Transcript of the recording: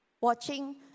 watching